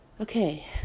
okay